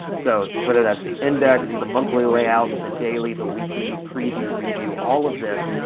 so, whether that's the index, the monthly layout, the daily, the weekly, preview, review all of this,